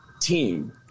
team